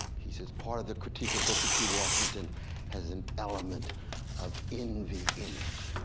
he says part of the critique of booker t. washington has an element of envy in it.